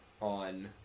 on